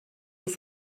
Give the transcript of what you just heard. yılı